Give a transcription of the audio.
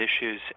issues